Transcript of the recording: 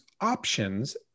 options